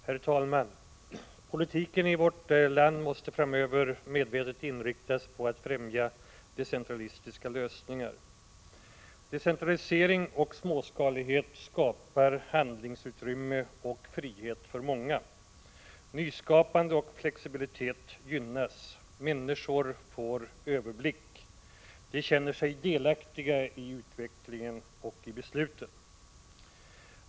Herr talman! Politiken i vårt land måste framöver medvetet inriktas på att främja decentralistiska lösningar. Decentralisering och småskalighet skapar handlingsutrymme och frihet för många. Nyskapande och flexibilitet gynnas, och människor får överblick. De känner sig delaktiga i utvecklingen och i besluten.